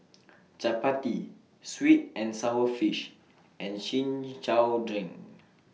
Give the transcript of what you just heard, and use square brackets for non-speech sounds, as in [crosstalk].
[noise] Chappati Sweet and Sour Fish and Chin Chow Drink